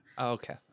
okay